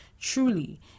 truly